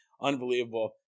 Unbelievable